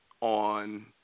on